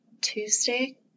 Tuesday